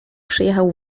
przyjechał